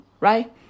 Right